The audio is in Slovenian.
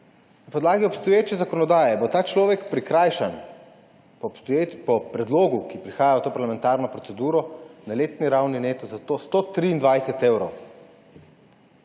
na podlagi obstoječe zakonodaje prikrajšan po predlogu, ki prihaja v to parlamentarno proceduro, na letni ravni neto za 123 evrov.